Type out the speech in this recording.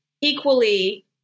equally